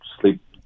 sleep